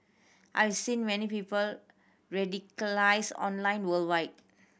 I've seen many people radicalised online worldwide